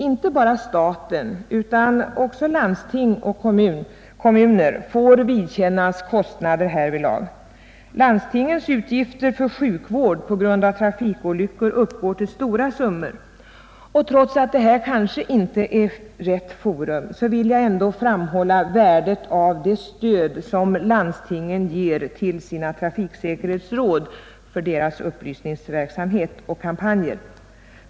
Inte bara staten utan också landsting och kommuner får vidkännas kostnader härvidlag. Landstingens utgifter för sjukvård på grund av trafikolyckor uppgår till stora summor, och trots att det här kanske inte är rätt forum vill jag ändå framhålla värdet av det stöd som landstingen ger till sina trafiksäkerhetsråd för deras upplysningsverksamhet och kampanjer.